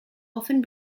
often